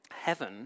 heaven